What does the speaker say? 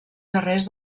carrers